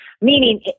meaning